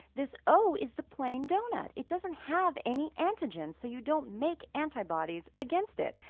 this o is the plain donut. it doesn't have any antigens so you don't make antibodies against it.